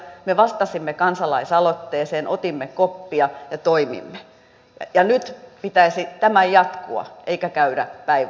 me vastasimme kansalaisaloitteeseen otimme koppia ja toimimme ja nyt pitäisi tämän jatkua eikä käydä päinvastoin